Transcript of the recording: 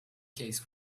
case